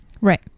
Right